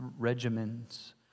regimens